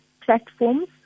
platforms